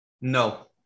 no